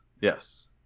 Yes